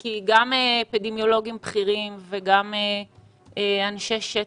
כי גם אפידמיולוגים בכירים וגם אנשי שטח,